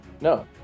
No